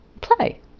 play